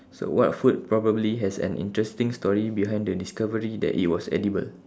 so what food probably has an interesting story behind the discovery that it was edible